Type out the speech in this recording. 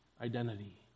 identity